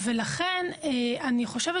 לכן, אני חושבת